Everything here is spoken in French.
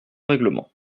règlement